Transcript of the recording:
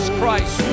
Christ